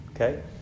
Okay